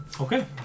Okay